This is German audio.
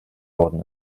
worden